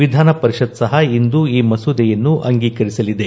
ವಿಧಾನ ಪರಿಷತ್ ಸಹ ಇಂದು ಈ ಮಸೂದೆಯನ್ನು ಅಂಗೀಕರಿಸಲಿದೆ